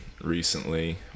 recently